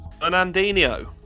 Fernandinho